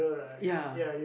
ya